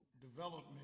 development